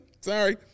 Sorry